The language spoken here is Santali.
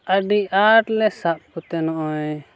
ᱟᱹᱰᱤ ᱟᱸᱴ ᱞᱮ ᱥᱟᱵ ᱠᱚᱛᱮ ᱱᱚᱜᱼᱚᱸᱭ